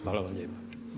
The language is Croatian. Hvala vam lijepa.